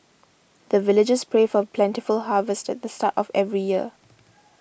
the villagers pray for plentiful harvest at the start of every year